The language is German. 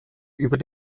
über